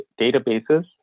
databases